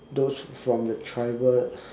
those from the tribal